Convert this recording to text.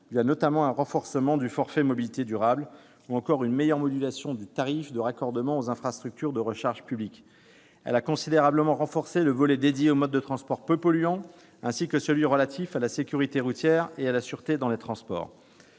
au travers du renforcement du « forfait mobilités durables » ou encore d'une meilleure modulation du tarif de raccordement aux infrastructures de recharge publique. Elle a considérablement renforcé le volet dédié aux modes de transports peu polluants, ainsi que celui qui a trait à la sécurité routière et à la sûreté dans les transports.